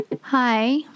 Hi